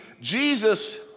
jesus